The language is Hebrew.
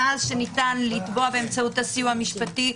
מאז שניתן לתבוע באמצעות הסיוע המשפטי,